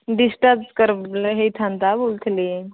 discharge କରିଲେ ହେଇଥାନ୍ତା ବୋଲୁଥିଲି